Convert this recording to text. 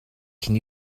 can